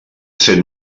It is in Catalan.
set